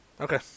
Okay